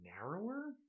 narrower